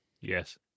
Yes